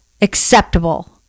acceptable